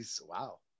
Wow